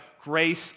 grace